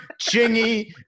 Chingy